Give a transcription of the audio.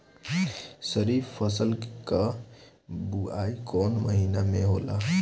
खरीफ फसल क बुवाई कौन महीना में होला?